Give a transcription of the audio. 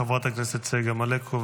חברת הכנסת צגה מלקו,